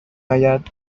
آید